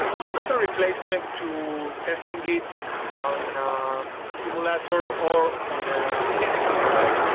it's not a replacement to testing it on simulator or on a physical device.